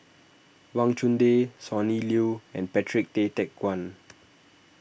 Wang Chunde Sonny Liew and Patrick Tay Teck Guan